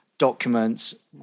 documents